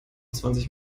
zwanzig